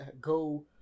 go